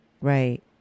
Right